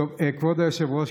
כבוד היושב-ראש,